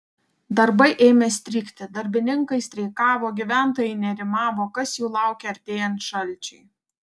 darbai ėmė strigti darbininkai streikavo gyventojai nerimavo kas jų laukia artėjant šalčiui